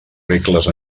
regles